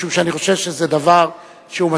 משום שאני חושב שזה דבר משמעותי.